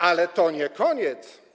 Ale to nie koniec.